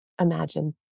imagine